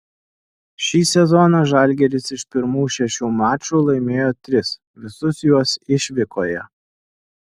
šį sezoną žalgiris iš pirmų šešių mačų laimėjo tris visus juos išvykoje